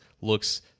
looks